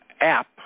app